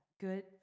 good